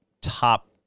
top